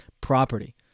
property